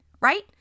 right